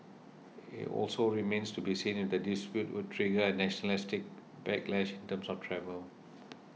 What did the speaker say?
it also remains to be seen if the dispute would trigger a nationalistic backlash in terms of travel